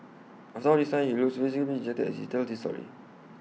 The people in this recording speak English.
after all this time he still looks visibly dejected as he tells this story